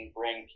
bring